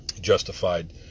justified